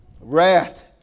Wrath